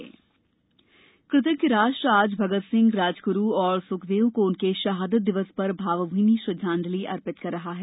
भगत सिंह शहादत दिवस कृतज्ञ राष्ट्र आज भगत सिंह राजगुरू और सुखदेव को उनके शहादत दिवस पर भावभीनी श्रद्धांजलि अर्पित कर रहा है